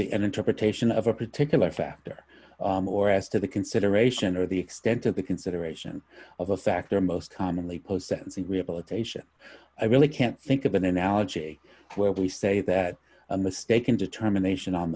an interpretation of a particular factor or as to the consideration or the extent of the consideration of a factor most commonly post sentencing rehabilitation i really can't think of an analogy where we say that a mistaken determination on